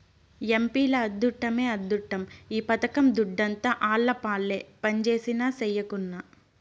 ఎంపీల అద్దుట్టమే అద్దుట్టం ఈ పథకం దుడ్డంతా ఆళ్లపాలే పంజేసినా, సెయ్యకున్నా